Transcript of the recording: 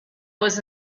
was